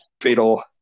fatal